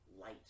light